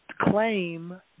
claim